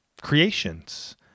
creations